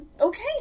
Okay